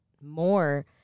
more